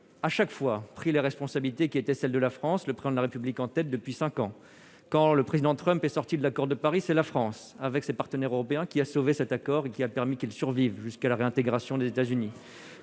à chaque fois pris les responsabilités qui étaient celles de la France, le président de la République, en tête depuis 5 ans, quand le président Trump est sorti de l'accord de Paris, c'est la France, avec ses partenaires européens qui a sauvé cet accord qui a permis qu'ils survivent jusqu'à la réintégration des États-Unis,